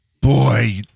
boy